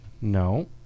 No